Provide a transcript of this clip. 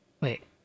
Wait